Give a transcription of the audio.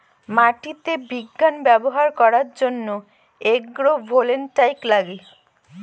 মাটিতে বিজ্ঞান ব্যবহার করার জন্য এগ্রো ভোল্টাইক লাগে